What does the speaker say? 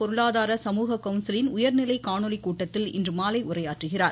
பொருளாதார சமூக கவன்சிலின் உயர்நிலை காணொலி கூட்டத்தில் இன்று மாலை உரையாற்றுகிறார்